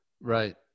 right